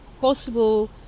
possible